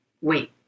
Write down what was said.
wait